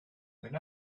when